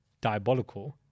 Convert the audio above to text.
diabolical